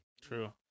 True